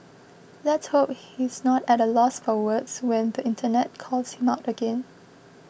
let's hope he's not at a loss for words when the internet calls him out again